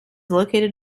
located